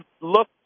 look